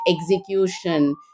execution